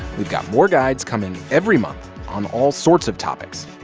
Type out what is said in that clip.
we've got more guides coming every month on all sorts of topics.